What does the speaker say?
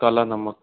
काला नमक